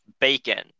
bacon